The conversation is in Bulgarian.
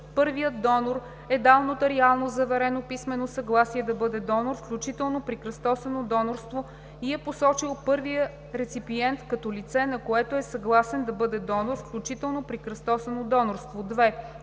първият донор е дал нотариално заверено писмено съгласие да бъде донор, включително при кръстосано донорство, и е посочил първия реципиент като лице, на което е съгласен да бъде донор, включително при кръстосано донорство; 2.